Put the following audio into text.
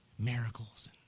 miracles